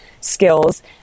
skills